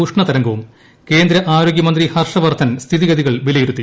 ഉഷ്ണതരംഗവും ക്യേന്ദ് ആരോഗ്യമന്ത്രി ഹർഷ വർദ്ധൻ സ്ഥിതിഗതികൾവിലയിരുത്തി